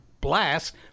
blast